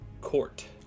Court